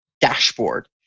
Dashboard